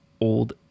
old